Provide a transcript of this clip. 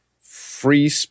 free